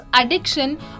addiction